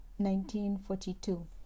1942